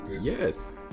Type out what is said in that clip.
yes